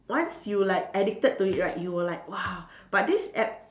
once you like addicted to it right you will like !wah! but this app